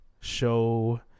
show